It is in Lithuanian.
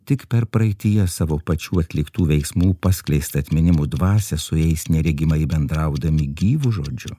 tik per praeityje savo pačių atliktų veiksmų paskleistą atminimų dvasią su jais neregimai bendraudami gyvu žodžiu